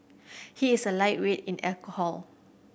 he is a lightweight in alcohol